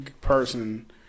person